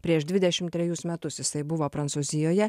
prieš dvidešimt trejus metus jisai buvo prancūzijoje